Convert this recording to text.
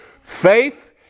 Faith